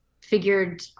figured